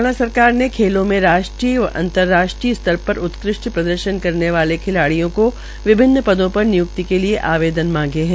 हरियाणा सरकार ने खेलों में राष्ट्रीय व अंतर्राष्ट्रीय स्तर पर उत्कृष्ट प्रदर्शन वाले खिलाड़ियों को विभिन्न पदों पर नियुक्ति आवेदन मांगे है